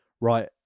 right